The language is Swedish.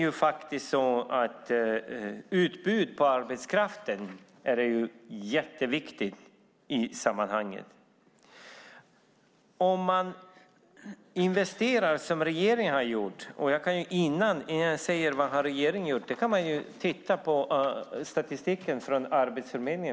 Utbud av arbetskraft är jätteviktigt i sammanhanget. Vad har regeringen gjort? Men kan titta på statistiken från Arbetsförmedlingen.